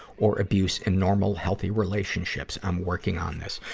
or abuse and normal, healthy relationships. i'm working on this.